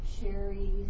Sherry